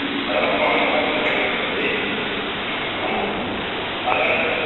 அதெலாம் நல்லாத்தான் சார் படிக்கிறான் தம்பி அதெலாம்